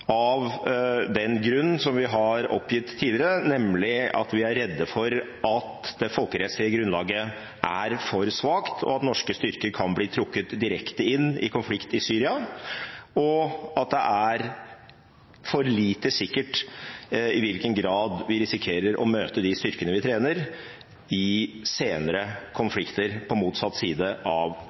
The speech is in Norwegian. av den grunn som vi har oppgitt tidligere, nemlig at vi er redde for at det folkerettslige grunnlaget er for svakt, at norske styrker kan bli trukket direkte inn i konflikt i Syria, og at det er for lite sikkert i hvilken grad vi risikerer å møte de styrkene vi trener, i senere konflikter på motsatt side av